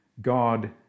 God